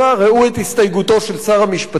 וראו את הסתייגותו של שר המשפטים.